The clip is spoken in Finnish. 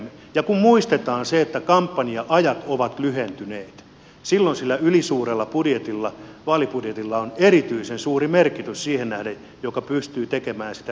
ja kun muistetaan se että kampanja ajat ovat lyhentyneet silloin sillä ylisuurella vaalibudjetilla on erityisen suuri merkitys siihen nähden joka pystyy tekemään sitä pienemmällä rahalla